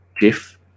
GIF